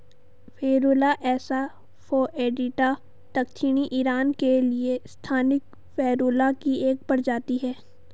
Ferula asa foetida दक्षिणी Iran के लिए स्थानिक फेरुला की एक प्रजाति है